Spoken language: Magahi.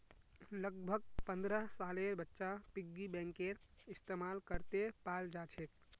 लगभग पन्द्रह सालेर बच्चा पिग्गी बैंकेर इस्तेमाल करते पाल जाछेक